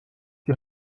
die